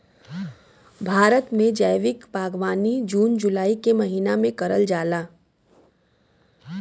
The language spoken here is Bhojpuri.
भारत में जैविक बागवानी जून जुलाई के महिना में करल जाला